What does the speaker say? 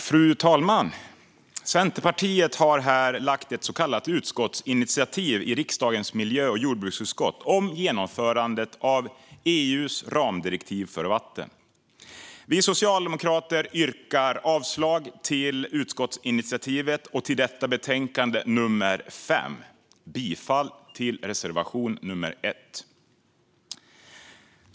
Fru talman! Centerpartiet har lagt fram ett så kallat utskottsinitiativ i riksdagens miljö och jordbruksutskott om genomförandet av EU:s ramdirektiv för vatten. Vi socialdemokrater yrkar avslag på utskottsinitiativet och på förslaget i betänkande MJU5 och bifall till reservation nummer 1.